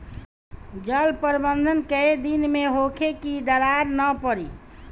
जल प्रबंधन केय दिन में होखे कि दरार न पड़ी?